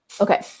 Okay